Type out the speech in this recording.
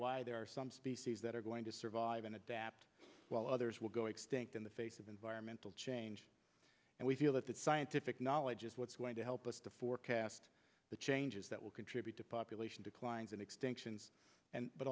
why there are some species that are going to survive and adapt while others will go extinct in the face of environmental change and we feel that that scientific knowledge is what's going to help us to forecast the changes that will contribute to population declines and extinctions and but